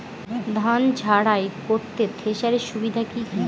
ধান ঝারাই করতে থেসারের সুবিধা কি কি?